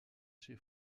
chez